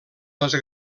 les